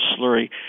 slurry